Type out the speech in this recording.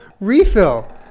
refill